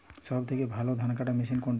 সবথেকে ভালো ধানকাটা মেশিন কোনটি?